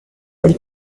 del